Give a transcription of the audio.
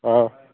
ஆ